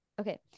okay